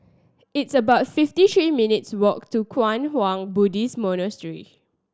it's about fifty three minutes' walk to Kwang Hua Buddhist Monastery